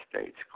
States